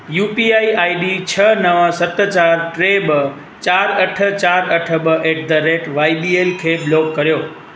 U P I I D छह नव सत चारि टे ॿ चारि अठ चारि अठ ॿ at the rate Y B L खे ब्लॉक करियो